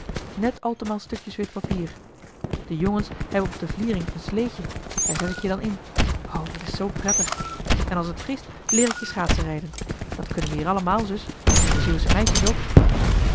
net altemaal stukjes wit papier de jongens hebben op de vliering een sleetje daar zet ik je dan in o dat is zoo prettig en als t vriest leer ik je schaatsenrijden dat kunnen we hier allemaal zus de zeeuwsche meisjes ook